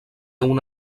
una